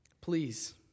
Please